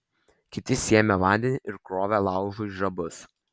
kiti sėmė vandenį ir krovė laužui žabus